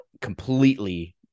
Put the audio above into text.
completely